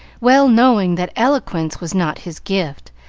well knowing that eloquence was not his gift,